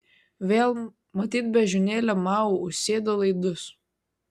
vėl matyt beždžionėlė mao užsėdo laidus